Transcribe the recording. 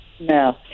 No